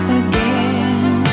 again